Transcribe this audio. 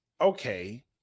okay